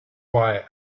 why